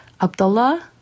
Abdullah